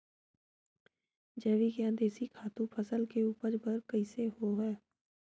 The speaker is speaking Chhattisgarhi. जैविक या देशी खातु फसल के उपज बर कइसे होहय?